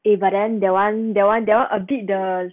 eh but then that [one] that [one] that [one] a bit the